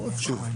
שוב,